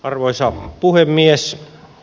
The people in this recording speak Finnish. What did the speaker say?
arvoisa puhemies